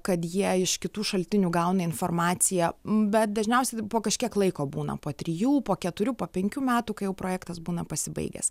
kad jie iš kitų šaltinių gauna informaciją bet dažniausiai po kažkiek laiko būna po trijų po keturių po penkių metų kai jau projektas būna pasibaigęs